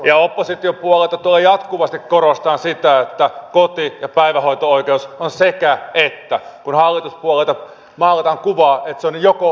ja opposition puolelta jatkuvasti korostetaan sitä että koti ja päivähoito oikeus on sekäettä kun hallituspuolelta maalataan kuvaa että se on jokotai